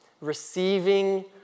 receiving